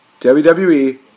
WWE